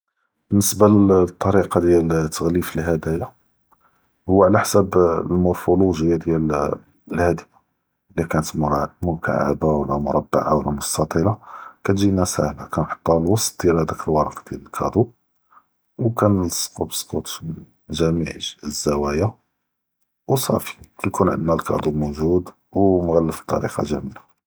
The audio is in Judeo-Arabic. באלניסבה לטריקה דיאל תע’לפ אלחדיא היא עלא חסאב אלמוואפולוגיה דיאל אלחדיה, אלא כאנת מרא מקעבה ו לא מרבעה ו לא מסתטילה כתג’ינה סאהלה, כנהטוהא פ ווסט דיאל דאק אלווראק דיאל אלקאדו ו כנהלסקו ב אלסקוטש מן ג’מי’ע אלזוואיה, ו סאפי ייכון ענדנא אלקאדו מווג’וד ו מעלף ב ת’וריקה זוינה.